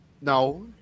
No